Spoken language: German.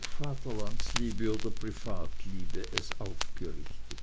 vaterlandsliebe oder privatliebe es aufgerichtet